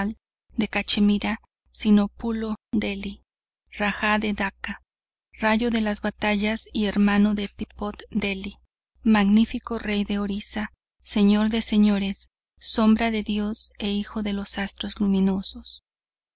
de cachemira sino pulo dheli rajá de dakka rayo de las batallas y hermano de tippot dheli magnifico rey de orisa señor de señores sombra de dios e hijo de los astros luminosos